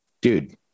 dude